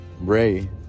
Ray